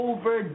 Over